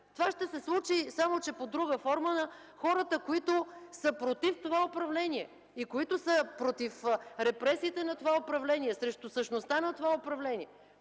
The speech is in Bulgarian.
Това ще се случи, само че под друга форма на хората, които са против това управление, които са против репресиите на това управление, срещу същността на това управление.